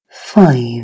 Five